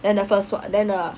then the first on~ then the